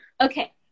Okay